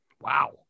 Wow